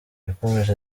yakomeje